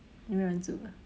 没有人住 ah